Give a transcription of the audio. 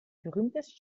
berühmtesten